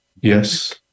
Yes